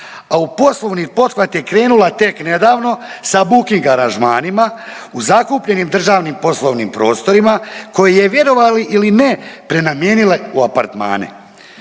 a u poslovni pothvat je krenula tek nedavno sa Booking aranžmanima u zakupljenim državnim poslovnim prostorima koji je vjerovali ili ne prenamijenile u apartmane.